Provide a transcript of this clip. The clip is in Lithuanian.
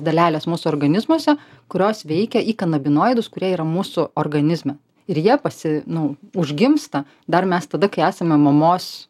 dalelės mūsų organizmuose kurios veikia į kanabinoidus kurie yra mūsų organizme ir jie pasi nu užgimsta dar mes tada kai esame mamos